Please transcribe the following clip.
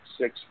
six